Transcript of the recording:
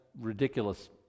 ridiculous